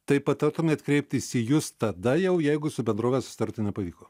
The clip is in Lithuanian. tai patartumėt kreiptis į jus tada jau jeigu su bendrove susitarti nepavyko